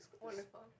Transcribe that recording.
Wonderful